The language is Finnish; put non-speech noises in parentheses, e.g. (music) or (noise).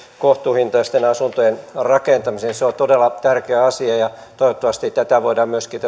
kohtuuhintaisten asuntojen rakentamisen se on todella tärkeä asia ja toivottavasti tätä asiaa voidaan myöskin (unintelligible)